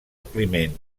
climent